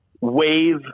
wave